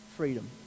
freedom